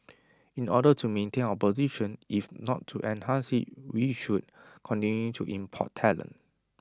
in order to maintain our position if not to enhance IT we should continue to import talent